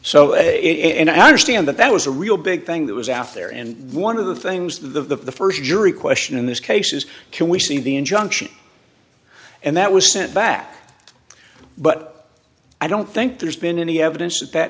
it and i understand that that was a real big thing that was out there and one of the things the first jury question in this case is can we see the injunction and that was sent back but i don't think there's been any evidence that